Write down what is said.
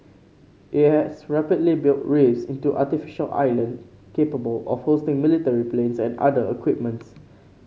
it has rapidly built reefs into artificial island capable of hosting military planes and other equipments